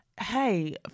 hey